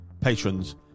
patrons